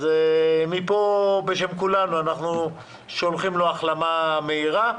כולנו כאן מאחלים לו החלמה מהירה.